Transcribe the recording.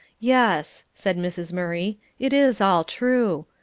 yes, said mrs. murray, it is all true.